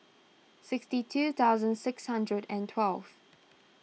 sixty two thousand six hundred and twelve